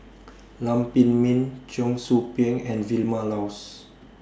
Lam Pin Min Cheong Soo Pieng and Vilma Laus